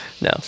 No